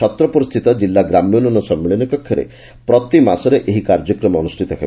ଛତ୍ରପୁରସ୍ଥିତ ଜିଲ୍ଲା ଗ୍ରାମ୍ୟ ଉନ୍ୟନ ସମ୍ମିଳନୀ କକ୍ଷରେ ପ୍ରତି ମାସରେ ଏହି କାର୍ଯ୍ୟକ୍ରମ ଅନ୍ତୃଷ୍ଷିତ ହେବ